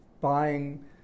buying